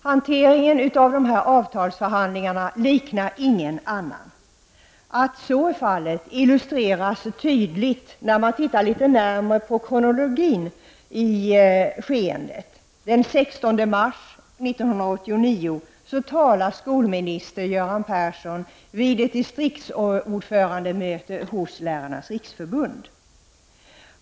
Herr talman! Hanteringen av avtalsförhandlingarna på lärarområdet liknar ingen annan. Att så är fallet illustreras tydligt när man tittar litet närmare på kronologin i skeendet. Den 16 mars 1989 talade skolminister Göran Persson vid ett distriktsordförandemöte hos Lärarnas riksförbund.